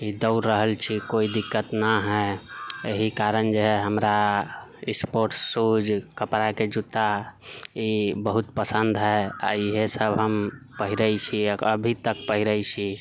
कि दौड़ रहल छी कोइ दिक्कत न है एहि कारण जे हमरा स्पोर्टस शूज कपड़ाके जुत्ता ई बहुत पसन्द है आ इहै सभ हम पहिरे छियै अभी तक पहिरे छी